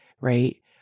right